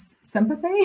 sympathy